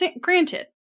granted